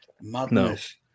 Madness